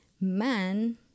man